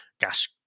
gas